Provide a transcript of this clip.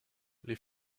les